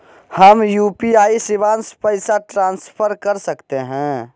हम यू.पी.आई शिवांश पैसा ट्रांसफर कर सकते हैं?